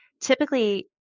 typically